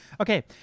Okay